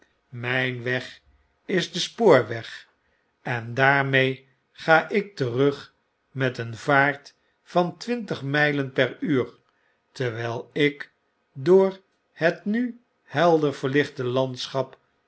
mjn weg is de spoorweg en daarmee a ik terug met een vaart van twintig mijlen peruur terwylik door het nu helder verlichte landschap